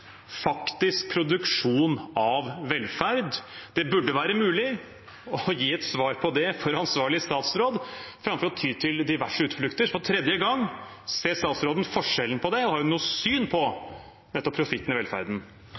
faktisk produksjon av velferd? Det burde være mulig å gi et svar på det for en ansvarlig statsråd, framfor å ty til diverse utflukter. For tredje gang: Ser statsråden forskjellen på dette? Har hun noe syn på nettopp profitten i velferden?